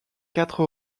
quatre